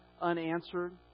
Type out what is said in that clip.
unanswered